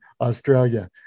Australia